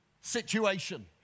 situation